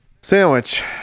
Sandwich